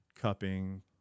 cupping